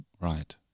Right